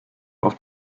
oft